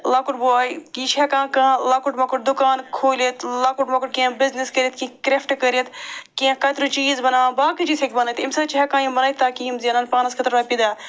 لۄکُٹ بوے یہِ چھِ ہٮ۪کان کانٛہہ لۄکُٹ مۄکُٹ دُکان کھوٗلِتھ لۄکُٹ مۄکُٹ کیٚنٛہہ بِزنِس کٔرِتھ کیٚنٛہہ کرٮ۪فٹ کٔرِتھ کیٚنٛہہ کتریوٗ چیٖز بناوان باقٕے چیٖز ہیٚکہِ بنٲیِتھ اَمہِ سۭتۍ چھِ ہٮ۪کان یِم بنٲیِتھ تاکہِ یِم زینن پانس خٲطرٕ رۄپیہِ دَہ